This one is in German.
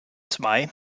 zwei